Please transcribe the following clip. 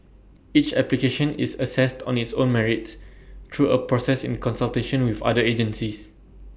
each application is assessed on its own merits through A process in consultation with other agencies